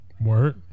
Word